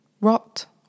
Rot